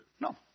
No